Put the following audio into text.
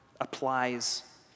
applies